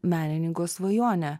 menininko svajonė